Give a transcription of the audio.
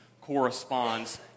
corresponds